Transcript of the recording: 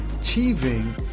achieving